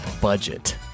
budget